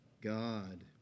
God